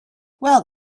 well